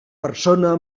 persona